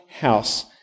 house